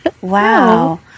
wow